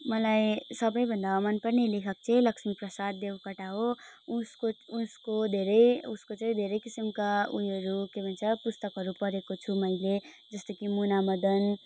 मलाई सबैभन्दा मनपर्ने लेखक चाहिँ लक्ष्मीप्रसाद देवकोटा हो उसको उसको धेरै उसको चाहिँ धेरै किसिमका उयोहरू के भन्छ पुस्तकहरू पढेको छु मैले जस्तै कि मुनामदन